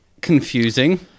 confusing